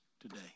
today